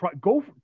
go